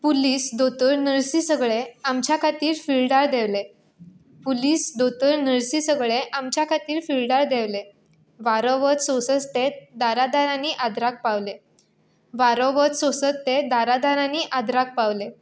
police दोतोर नर्सी सगळें आमच्या खातीर फिल्डार देंवले पुलीस दोतोर नर्सी सगळे आमच्या खातीर फिल्डार देंवले वारो वत सोंसीत ते दारा दारांनी आदाराक पावले वारो वत सोंसत ते दारा दारांनी आदाराक पावले